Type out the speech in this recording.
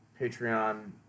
Patreon